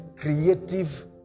creative